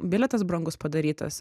bilietas brangus padarytas